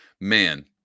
man